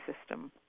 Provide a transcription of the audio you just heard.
system